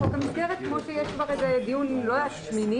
לתיקון ולקיום